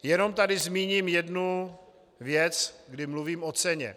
Jenom tady zmíním jednu věc, kdy mluvím o ceně.